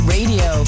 Radio